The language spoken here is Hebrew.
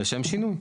לשם שינוי.